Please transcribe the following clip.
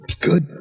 Good